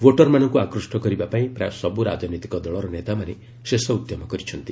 ଭୋଟରମାନଙ୍କୁ ଆକ୍ରିଷ୍ଟ କରିବା ପାଇଁ ପ୍ରାୟ ସବୁ ରାଜନୈତିକ ଦଳର ନେତାମାନେ ଶେଷ ଉଦ୍ୟମ କରିଛନ୍ତି